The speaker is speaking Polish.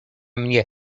mnie